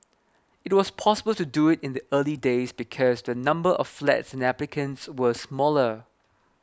it was possible to do it in the early days because the number of flats applicants were smaller